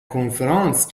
کنفرانس